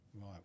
Right